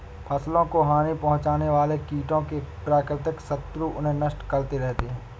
फसलों को हानि पहुँचाने वाले कीटों के प्राकृतिक शत्रु उन्हें नष्ट करते रहते हैं